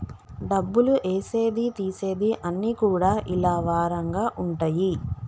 డబ్బులు ఏసేది తీసేది అన్ని కూడా ఇలా వారంగా ఉంటయి